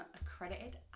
accredited